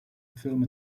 film